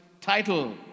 title